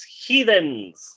heathens